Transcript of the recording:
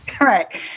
Right